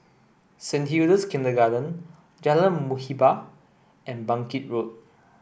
Saint Hilda's Kindergarten Jalan Muhibbah and Bangkit Road